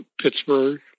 Pittsburgh